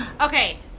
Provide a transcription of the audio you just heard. Okay